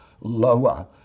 lower